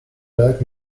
leg